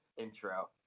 intro